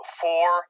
four